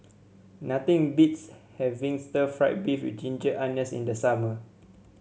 nothing beats having Stir Fried Beef with Ginger Onions in the summer